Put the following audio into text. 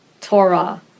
Torah